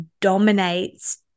dominates